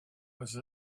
was